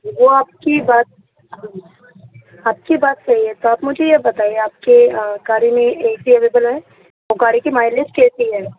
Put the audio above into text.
وہ آپ کی بات آپ کی بات صحیح ہے تو آپ مجھے یہ بتائیے آپ کے گاڑی میں اے سی اویلیبل ہے اور گاڑی کی مائیلیج کیسی ہے